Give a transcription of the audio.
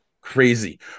crazy